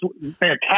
fantastic